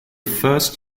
first